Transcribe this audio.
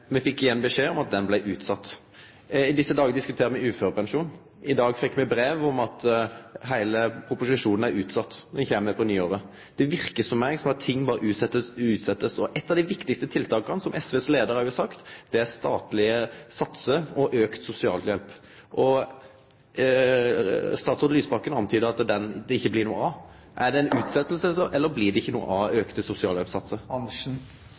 me fikk igjen beskjed om at meldinga blei utsett. I desse dagane diskuterer me uførepensjon. I dag fekk me brev om at heile proposisjonen er utsett og kjem på nyåret. Det verkar på meg som om ting berre blir utsette og utsette. Eitt av dei viktigaste tiltaka som SVs leiar òg har snakka om, er statlege satsar og auka sosialhjelp, og statsråd Lysbakken har antyda at det blir det ikkje noko av. Er det ei utsetjing, eller blir det ikkje noko av